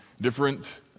Different